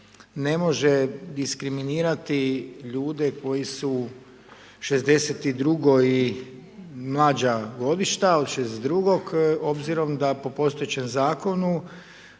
ne može diskriminirati ljude koji su 62-oj, mlađa godišta od 62-og obzirom da po postojećem Zakonu